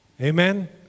Amen